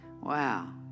Wow